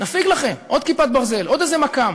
נפיג לכם, עוד "כיפת ברזל", עוד איזה מכ"ם.